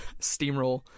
steamroll